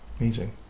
amazing